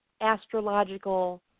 astrological